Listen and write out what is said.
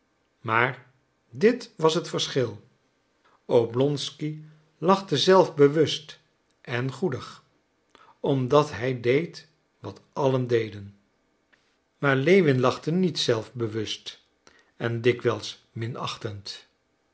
maar dit was het verschil oblonsky lachte zelfbewust en goedig omdat hij deed wat allen deden maar lewin lachte niet zelf bewust en dikwijls